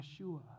Yeshua